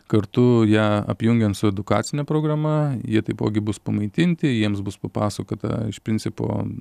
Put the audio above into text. kartu ją apjungiant su edukacine programa jie taipogi bus pamaitinti jiems bus papasakota iš principo